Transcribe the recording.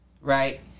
right